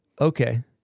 Okay